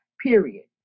period